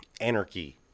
anarchy